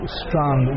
strong